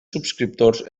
subscriptors